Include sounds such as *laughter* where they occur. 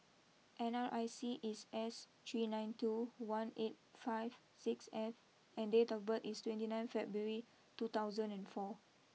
N R I C is S three nine two one eight five six F *noise* and date of birth is twenty nine February two thousand and four